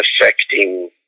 affecting